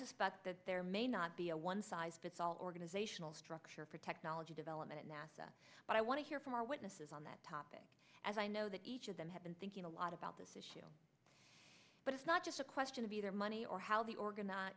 suspect that there may not be a one size fits all organizational structure for technology development at nasa but i want to hear from our witnesses on that topic as i know that each of them have been thinking a lot about this issue but it's not just a question of either money or how the organize